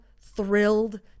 thrilled